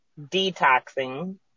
Detoxing